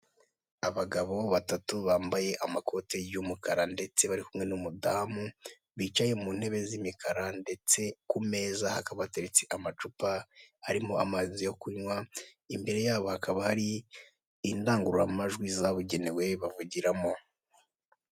Abagabo batatu bambaye amakoti y'umukara ndetse bari kumwe n'umudamu, bicaye mu ntebe z'imikara ndetse ku meza hakabateretse amacupa harimo amazi yo kunywa imbere yabo hakaba hari indangururamajwi zabugenewe bavugiramo.